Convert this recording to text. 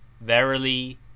verily